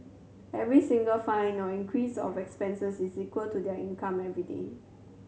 every single fine or increase of expenses is equal to their income everyday